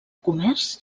comerç